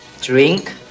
drink